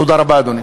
תודה רבה, אדוני.